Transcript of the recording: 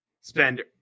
spend